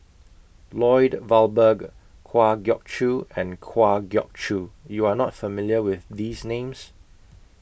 Lloyd Valberg Kwa Geok Choo and Kwa Geok Choo YOU Are not familiar with These Names